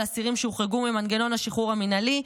אסירים שהוחרגו ממנגנון השחרור המינהלי,